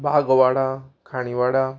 बागवाडा खाणी वाडा